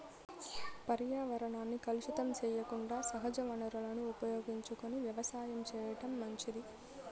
పర్యావరణాన్ని కలుషితం సెయ్యకుండా సహజ వనరులను ఉపయోగించుకొని వ్యవసాయం చేయటం మంచిది